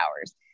hours